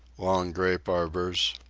long grape arbors,